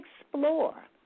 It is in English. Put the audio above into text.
explore